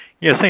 Yes